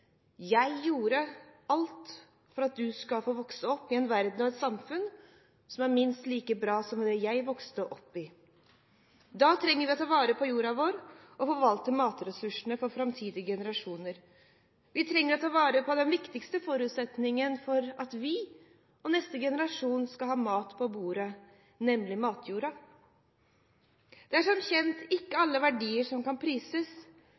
en verden og et samfunn som er minst like bra som det jeg vokste opp i. Da trenger vi å ta vare på jorda vår og forvalte matressursene for framtidige generasjoner. Vi trenger å ta vare på den viktigste forutsetningen for at vi og neste generasjon skal ha mat på bordet – nemlig matjorda. Det er som kjent ikke alle verdier som kan prises,